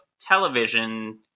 television